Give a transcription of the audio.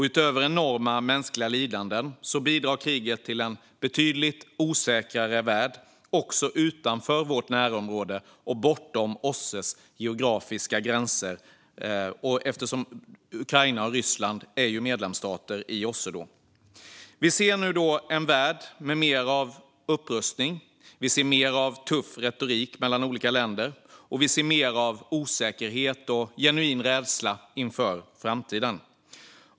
Utöver enorma mänskliga lidanden bidrar kriget till en betydligt osäkrare värld, också utanför vårt närområde och bortom OSSE:s geografiska område dit både Ukraina och Ryssland hör. Vi ser en värld med mer upprustning, mer tuff retorik mellan olika länder och mer osäkerhet och genuin rädsla inför framtiden.